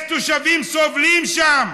יש תושבים שסובלים שם,